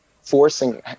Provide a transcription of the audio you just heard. forcing